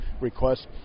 request